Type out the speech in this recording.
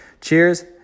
Cheers